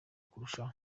kurushaho